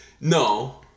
No